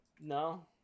No